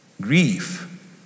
Grief